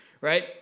right